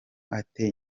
ate